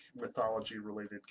mythology-related